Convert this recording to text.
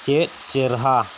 ᱪᱮᱫ ᱪᱮᱦᱨᱟ